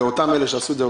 את מי שעשה את זה,